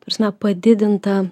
prasme padidintą